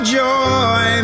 joy